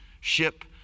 ship